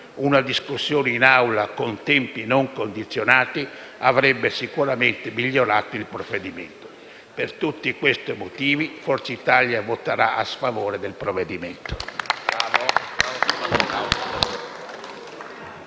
Una discussione in Assemblea, con tempi non condizionati, avrebbe sicuramente migliorato il provvedimento. Per tutti questi motivi, il Gruppo Forza Italia voterà contro il provvedimento.